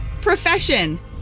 profession